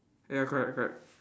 ya correct correct